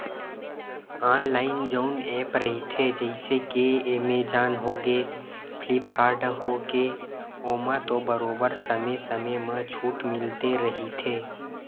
online जउन app रहिथे जइसे के एमेजॉन होगे, फ्लिपकार्ट होगे ओमा तो बरोबर समे समे म छूट मिलते रहिथे